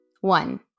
One